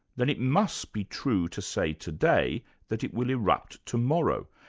then it must be true to say today that it will erupt tomorrow,